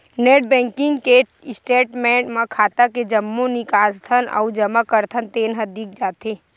net banking के statement म खाता के जम्मो निकालथन अउ जमा करथन तेन ह दिख जाथे